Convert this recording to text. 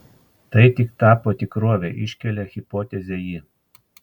tai tik tapo tikrove iškelia hipotezę ji